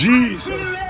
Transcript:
Jesus